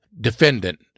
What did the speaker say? defendant